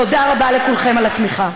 תודה רבה לכולכם על התמיכה.